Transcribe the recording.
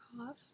off